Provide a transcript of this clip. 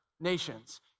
nations